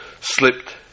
slipped